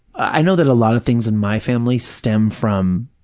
i know that a lot of things in my family stem from